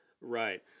right